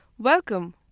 Welcome